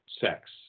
sex